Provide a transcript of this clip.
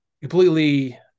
completely